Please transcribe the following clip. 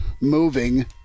moving